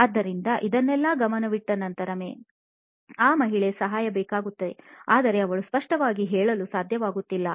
ಆದ್ದರಿಂದ ಇದನ್ನೆಲ್ಲಾ ಗಮನವಿಟ್ಟು ನೋಡಿದ ಮೇಲೆ ಆ ಮಹಿಳೆಗೆ ಸಹಾಯ ಬೇಕಾಗುತ್ತೆ ಆದರೆ ಅವಳು ಸ್ಪಷ್ಟವಾಗಿ ಹೇಳಲು ಸಾಧ್ಯವಾಗುತ್ತಿಲ್ಲ